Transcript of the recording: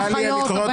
האחיות,